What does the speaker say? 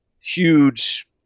huge